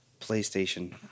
PlayStation